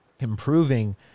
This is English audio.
improving